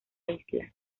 isla